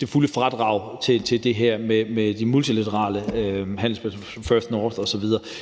det fulde fradrag i forbindelse med de her multilaterale handelsfaciliteter, altså First North osv.